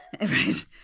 Right